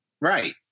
Right